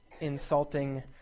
insulting